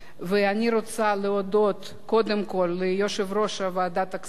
אני רוצה להודות קודם כול ליושב-ראש ועדת הכספים,